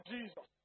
Jesus